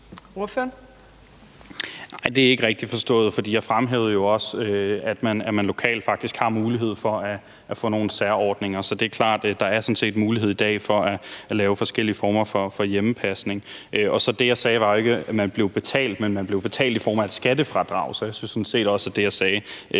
det er ikke rigtigt forstået, for jeg fremhævede jo også, at man lokalt faktisk har mulighed for at få nogle særordninger, så det er klart, at der i dag sådan set er mulighed at foretage forskellige former for hjemmepasning. Det, jeg sagde, var jo ikke, at man bliver betalt, men at man bliver betalt i form af et skattefradrag, så jeg synes sådan set også, at det, jeg sagde,